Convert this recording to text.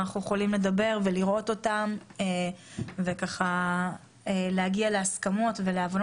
שאנחנו יכולים לראות ולהגיע להסכמות ולהבנות,